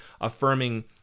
affirming